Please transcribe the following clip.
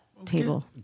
table